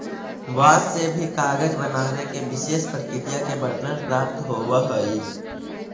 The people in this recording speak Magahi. बाँस से भी कागज बनावे के विशेष प्रक्रिया के वर्णन प्राप्त होवऽ हई